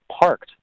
parked